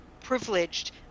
privileged